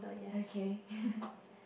okay